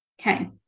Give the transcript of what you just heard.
Okay